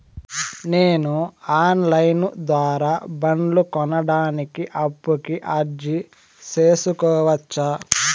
నేను online ద్వారా బండ్లు కొనడానికి అప్పుకి అర్జీ సేసుకోవచ్చా?